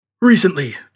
Recently